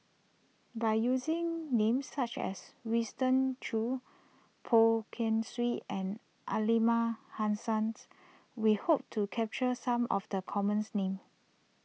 by using names such as Winston Choos Poh Kay Swee and Aliman Hassans we hope to capture some of the commons names